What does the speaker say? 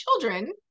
children